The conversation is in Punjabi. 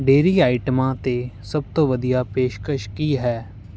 ਡਾਇਰੀ ਆਈਟਮਾਂ 'ਤੇ ਸਭ ਤੋਂ ਵਧੀਆ ਪੇਸ਼ਕਸ਼ ਕੀ ਹੈ